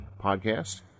Podcast